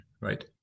right